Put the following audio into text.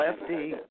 lefty